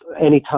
anytime